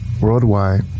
worldwide